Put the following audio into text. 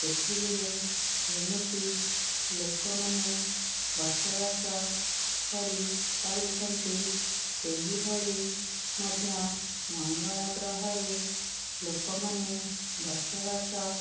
ପୃଥିବୀରେ ଯେମିତି ଲୋକମାନେ ବସବାସ କରିପାରୁଛନ୍ତି ସେହିଭଳି ମଧ୍ୟ ମଙ୍ଗଳଗ୍ରହରେ ଲୋକମାନେ ବସବାସ